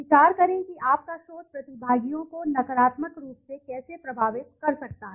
विचार करें कि आपका शोध प्रतिभागियों को नकारात्मक रूप से कैसे प्रभावित कर सकता है